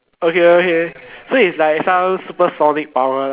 okay okay so is like some supersonic power lah